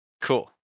cool